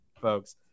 folks